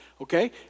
Okay